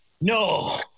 No